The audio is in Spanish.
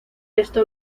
esto